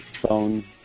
phone